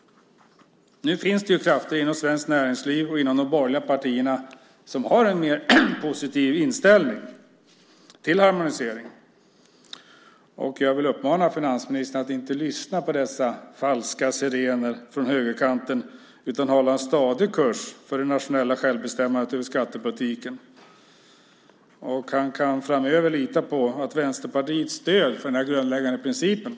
Nu finns det krafter inom Svenskt Näringsliv och inom de borgerliga partierna som har en mer positiv inställning till harmonisering. Jag vill uppmana finansministern att inte lyssna på dessa falska sirener från högerkanten utan hålla en stadig kurs för det nationella självbestämmandet över skattepolitiken. Han kan framöver lita på Vänsterpartiets stöd för den grundläggande principen.